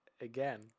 again